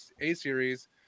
A-Series